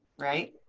right?